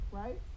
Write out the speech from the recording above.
right